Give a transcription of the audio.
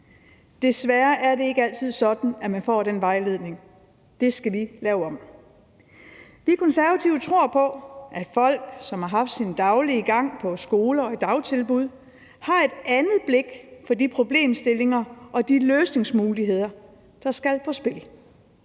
Desværre er det ikke altid sådan, at man får den vejledning – det skal vi lave om på. Vi Konservative tror på, at folk, som har haft deres daglige gang på skoler og i dagtilbud, har et andet blik for de problemstillinger og de løsningsmuligheder, der skal i spil.